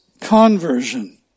conversion